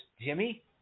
Jimmy